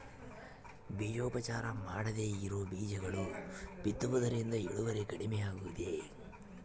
ಬೇಜೋಪಚಾರ ಮಾಡದೇ ಇರೋ ಬೇಜಗಳನ್ನು ಬಿತ್ತುವುದರಿಂದ ಇಳುವರಿ ಕಡಿಮೆ ಆಗುವುದೇ?